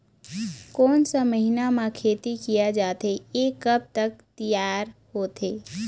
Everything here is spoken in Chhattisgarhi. कोन सा महीना मा खेती किया जाथे ये कब तक तियार होथे?